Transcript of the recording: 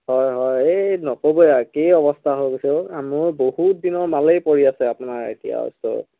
হয় হয় এই নক'বই একেই অৱস্থা হৈ গৈছে মোৰ বহুত দিনৰ মালেই পৰি আছে আপোনাৰ এতিয়া ওচৰত